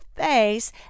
face